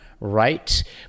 right